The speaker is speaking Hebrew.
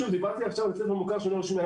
דיברתי על המוכר שאינו רשמי.